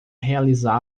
realizar